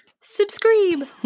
subscribe